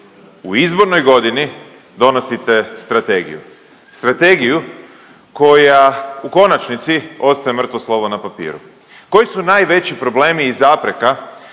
u izbornoj godini donosite strategiju, strategija koja u konačnici ostaje mrtvo slovo na papiru. Koji su najveći problemi i zapreka